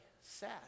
sad